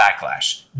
backlash